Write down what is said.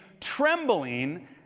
trembling